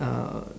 uh